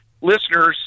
listeners